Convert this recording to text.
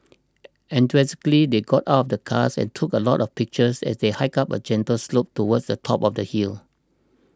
enthusiastically they got out of the car and took a lot of pictures as they hiked up a gentle slope towards the top of the hill